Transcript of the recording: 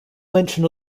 mention